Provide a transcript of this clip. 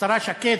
השרה שקד,